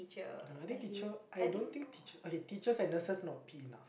don't know i think teacher I don't think teacher okay teachers and nurses not paid enough